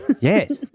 Yes